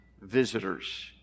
visitors